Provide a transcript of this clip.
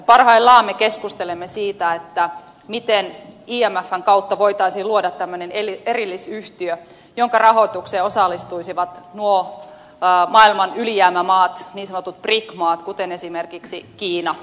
parhaillaan me keskustelemme siitä miten imfn kautta voitaisiin luoda tämmöinen erillisyhtiö jonka rahoitukseen osallistuisivat nuo maailman ylijäämämaat niin sanotut bric maat kuten esimerkiksi kiina